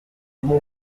mon